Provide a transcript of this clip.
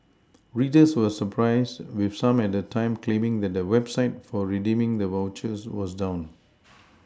readers were surprised with some at the time claiming that the website for redeeming the vouchers was down